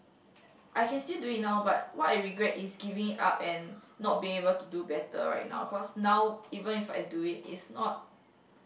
I can still do it now but what I regret is giving it up and not being able to do better right now cause now even if I do it it's not